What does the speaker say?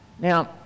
Now